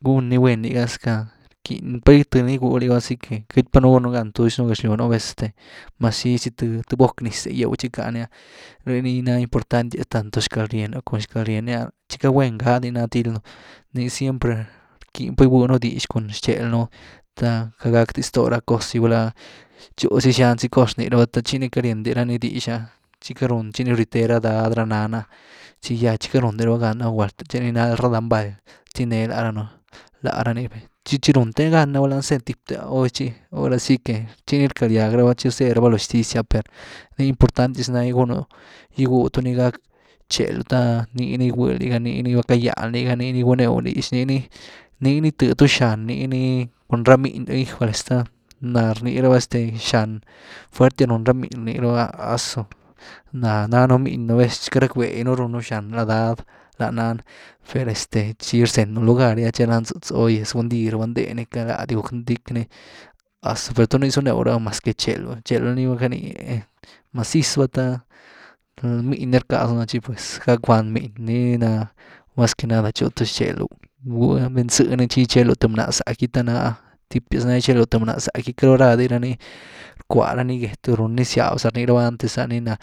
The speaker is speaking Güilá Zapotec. Gun ni guen liga esque rquiny pa th ni gigwy liga ahora si que quiety pa’ nú gyenu gan tuzy nú gaxlyw re, nú vez mas xi zy th boc niz gyew tchicáni ah rh ni na importantias tanto xcalrien nú cun xcalryen nii ah tchi guen ga ni ná tild du, nii siempre rckin pa gwynu dix cun txel nú, the quity gack dy ztoo ra cos gy gulá tchu zain zy cos rnii raba te tchi ni quëity riendy ra nii dix ‘ah, tchi quiety rundi, tchi ii rywtee ra dad, ra nan, tchi ya de tchi quiety rundy raba gán a, thci ni nal’ga ra dad mbaly tilnee laranu, lára ni, tchi tchi ruunteny gán ‘ah, lany see tip te ahora si que tchi ni rckagýag raba tchi ni zee raba loo xtizy ah per nii importantias ni ná gunu, gygwyw tu nii gack txelu, the nii ni gygwy liga nii ni va ckayaan liga nii ni gigwynew dix, nii nii gitëdydú xán nini cun ra miny, ¡hijoles! The naa rni raba este xia´n fuertias run ra miny rnii raba ¡asu! Naa nanu miny nú vez quiety rack bee di un runu xán ra dád, ra nan, per este tchi rzenu lugar gy ah tchi rantzëtzu, oyes gundý raba ndee ni quiety lády guck, ndiquy ni, ¡azu! ¿Per tu nii zunew rh ah? Mas que txélu, txelu ni va canii maziz va te miny ni rckazu na the tchi gack gwand miny, nina mas que nada tchu th txelu, bgwy venzëni te tchi gitchelu th bná zack gy te na tipias na gytchelu th bná zack gy, queity ru rá di arny rckwa ra ni get, ruuny zyab, za ni rnii raba antes, zani na